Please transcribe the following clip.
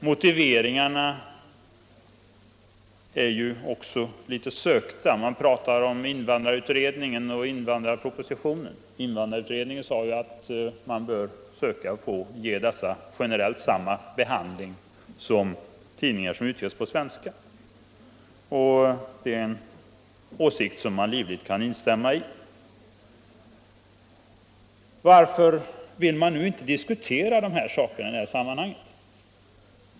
Motiveringarna är ju också litet sökta. Man talar om invandrarutredningen och invandrarpropositionen. Denna utredning sade att dessa tidningar bör generellt få samma behandling som tidningar som utges på svenska, ett uttalande som jag livligt kan instämma i. Varför vill man då inte diskutera dessa saker i detta sammanhang?